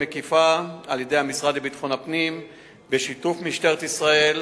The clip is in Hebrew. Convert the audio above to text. מקיפה על-ידי המשרד לביטחון הפנים בשיתוף משטרת ישראל,